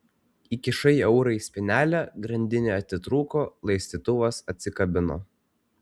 įkišai eurą į spynelę grandinė atitrūko laistytuvas atsikabino